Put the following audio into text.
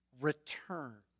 return